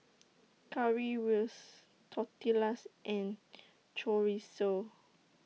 Currywurst Tortillas and Chorizo